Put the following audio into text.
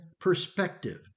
perspective